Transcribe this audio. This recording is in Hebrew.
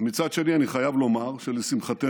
ומצד שני אני חייב לומר שלשמחתנו,